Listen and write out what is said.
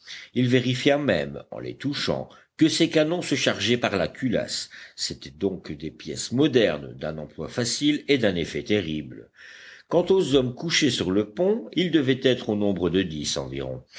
il vérifia même en les touchant que ces canons se chargeaient par la culasse c'étaient donc des pièces modernes d'un emploi facile et d'un effet terrible quant aux hommes couchés sur le pont ils devaient être au nombre de dix environ